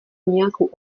nějakou